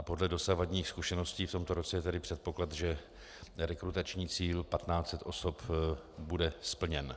Podle dosavadních zkušeností v tomto roce je tedy předpoklad, že rekrutační cíl 1 500 osob bude splněn.